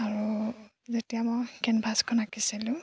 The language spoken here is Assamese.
আৰু যেতিয়া মই কেনভাছখন আঁকিছিলোঁ